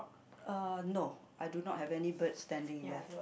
uh no I do not have any birds standing there